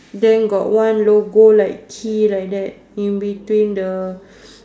then got one logo like key like that in between the